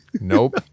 Nope